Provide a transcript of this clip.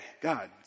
God